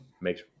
makes